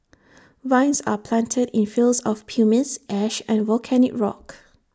vines are planted in fields of pumice ash and volcanic rock